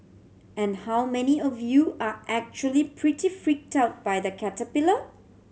and how many of you are actually pretty freaked out by the caterpillar